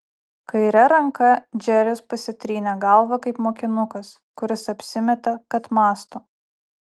kaire ranka džeris pasitrynė galvą kaip mokinukas kuris apsimeta kad mąsto